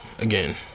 again